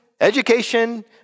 education